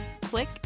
click